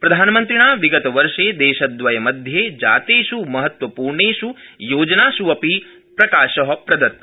प्रधानमन्त्रिणा विगतवर्ष देशद्वयमध्ये जातेष् महत्वपूर्णेष् योजनास् अपि प्रकाश प्रदत्त